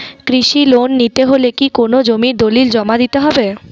কৃষি লোন নিতে হলে কি কোনো জমির দলিল জমা দিতে হবে?